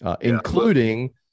including